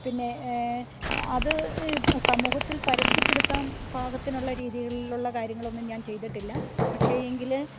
പിന്നെ അത് ഇപ്പം സമൂഹത്തിൽ പരസ്യപ്പെടുത്താൻ പാകത്തിനുള്ള രീതിയിലുള്ള കാര്യങ്ങളൊന്നും ഞാൻ ചെയ്തിട്ടില്ല പക്ഷേയെങ്കിൽ